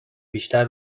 بیشتر